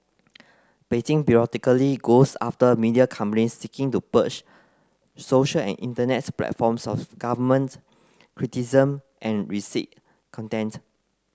Beijing periodically goes after media companies seeking to purge social and internet platforms of government criticism and risque content